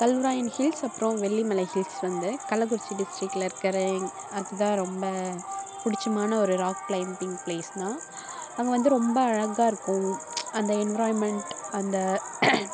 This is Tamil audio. கல்வராயன் ஹில்ஸ் அப்புறம் வெள்ளிமலை ஹில்ஸ் வந்து கள்ளக்குறிச்சி டிஸ்ட்ரிக்கில் இருக்கிற எங் அதுதான் ரொம்ப பிடிச்சமான ஒரு ராக் க்ளைம்பிங் ப்ளேஸுனா அங்கே வந்து ரொம்ப அழகாக இருக்கும் அந்த என்விராய்மெண்ட் அந்த